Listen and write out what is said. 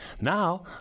Now